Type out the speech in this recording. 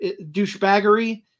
douchebaggery